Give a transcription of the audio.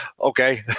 okay